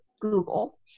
Google